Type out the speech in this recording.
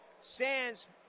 Sands